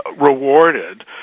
rewarded